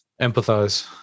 empathize